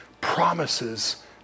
promises